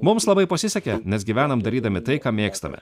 mums labai pasisekė nes gyvenam darydami tai ką mėgstame